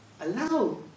allow